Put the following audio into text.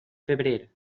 febrer